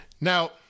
Now